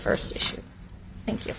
first thank you